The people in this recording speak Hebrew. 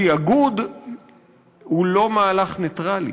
התאגוד הוא לא מהלך נייטרלי,